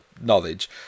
knowledge